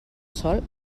sol